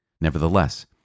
Nevertheless